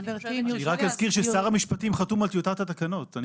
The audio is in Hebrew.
אני רק אזכיר ששר המשפטים חתום על טיוטת התקנות.